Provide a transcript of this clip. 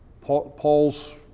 Paul's